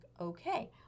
okay